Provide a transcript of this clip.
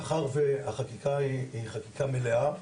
מאחר והחקיקה היא חקיקה מלאה,